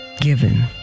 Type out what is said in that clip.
given